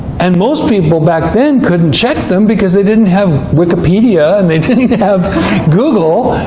and most people back then couldn't check them, because they didn't have wikipedia, and they didn't have google.